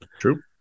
true